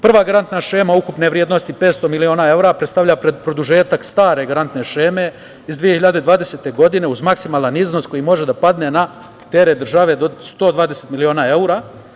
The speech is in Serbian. Prva garantna šema ukupne vrednosti od 500 miliona evra predstavlja produžetak stare garantne šeme iz 2020. godine, uz maksimalan iznos koji može da padne na teret države do 120 miliona evra.